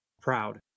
proud